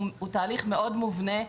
הוא תהליך מובנה מאוד.